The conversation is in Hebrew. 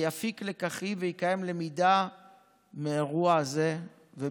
יפיק לקחים ויקיים למידה מאירוע זה ובכלל.